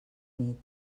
nit